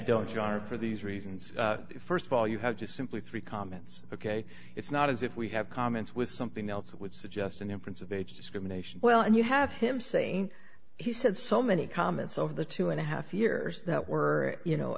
don't charge for these reasons st of all you have to simply three comments ok it's not as if we have comments with something else that would suggest an inference of age discrimination well and you have him saying he said so many comments over the two and a half years that were you know